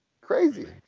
Crazy